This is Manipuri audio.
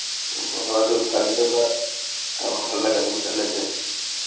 ꯍꯣ ꯍꯣ ꯑꯗꯨ ꯐꯒꯗꯕ ꯑꯃ ꯈꯜꯂꯒ ꯑꯗꯨꯝ ꯆꯠꯂꯁꯦ